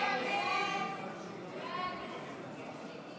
הסתייגות 284 לא נתקבלה.